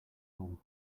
all